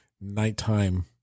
nighttime